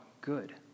good